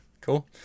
Cool